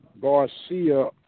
Garcia